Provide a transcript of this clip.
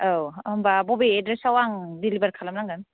औ होम्बा बबे एडड्रेसाव आं डिलिभार खालामनांगोन